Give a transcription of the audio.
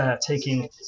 taking